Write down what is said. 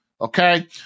Okay